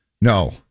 No